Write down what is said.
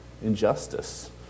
injustice